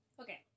Okay